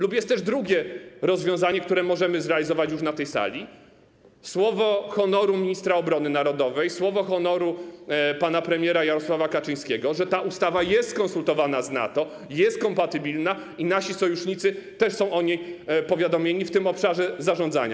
Lub jest też drugie rozwiązanie, które możemy zrealizować już na tej sali: słowo honoru ministra obrony narodowej, słowo honoru pana premiera Jarosława Kaczyńskiego, że ta ustawa jest skonsultowana z NATO, jest kompatybilna i nasi sojusznicy też są o niej powiadomieni w tym obszarze zarządzania.